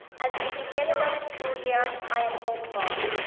as we begin another school year, i am hopeful.